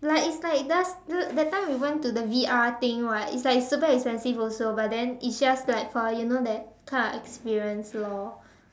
like it's like just the that time we went to the V_R thing [what] it's like it's super expensive also but then it's just like for you know that kind of experience loh